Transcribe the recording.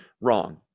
wrong